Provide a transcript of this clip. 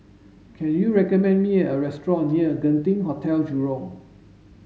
can you recommend me a restaurant near Genting Hotel Jurong